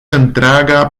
întreaga